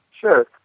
Sure